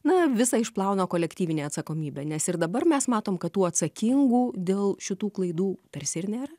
na visa išplauna kolektyvinė atsakomybė nes ir dabar mes matom kad tų atsakingų dėl šitų klaidų tarsi ir nėra